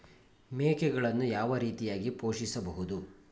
ಮೇಕೆಗಳನ್ನು ಯಾವ ರೀತಿಯಾಗಿ ಪೋಷಿಸಬಹುದು?